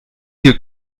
hier